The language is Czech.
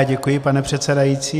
Děkuji, pane předsedající.